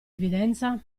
evidenza